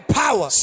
power